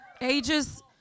ages